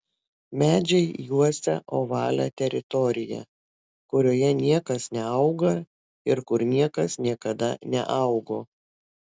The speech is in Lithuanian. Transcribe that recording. medžiai juosia ovalią teritoriją kurioje niekas neauga ir kur niekas niekada neaugo